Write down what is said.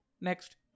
Next